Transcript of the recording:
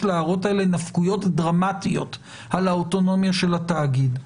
להערות האלה נפקויות דרמטיות על האוטונומיה של התאגיד.